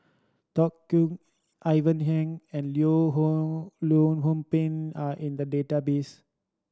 Tony Khoo Ivan Heng and Hong Leong Hong Pin are in the database